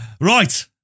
Right